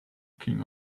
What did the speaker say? king